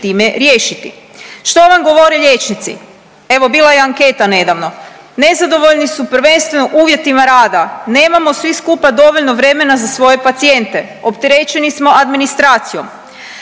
Što vam govore liječnici? Evo bila je i anketa nedavno, nezadovoljni su prvenstveno uvjetima rada, nemamo svi skupa dovoljno vremena za svoje pacijente, opterećeni smo administracijom,